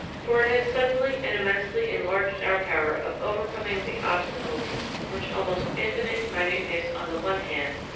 for it has suddenly and immensely enlarged our power of overcoming the obstacles which almost infinite minuteness on the one hand,